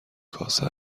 کاسه